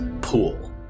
pool